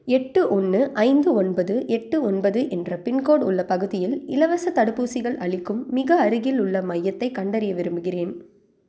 எட்டு ஒன்று ஐந்து ஒன்பது எட்டு ஒன்பது என்ற பின்கோடு உள்ள பகுதியில் இலவசத் தடுப்பூசிகள் அளிக்கும் மிக அருகிலுள்ள மையத்தைக் கண்டறிய விரும்புகிறேன்